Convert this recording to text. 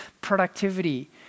productivity